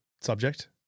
subject